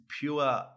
pure